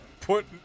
put